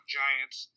giants